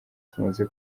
tumaze